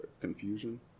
Confusion